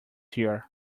here